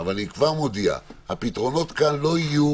אבל אני כבר מודיע שהפתרונות כאן לא יהיו